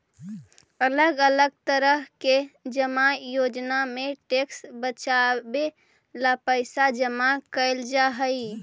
अलग अलग तरह के जमा योजना में टैक्स बचावे ला पैसा जमा कैल जा हई